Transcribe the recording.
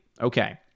okay